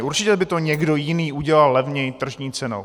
Určitě by to někdo jiný udělal levněji tržní cenou.